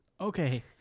Okay